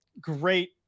great